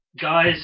guys